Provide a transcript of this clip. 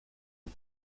het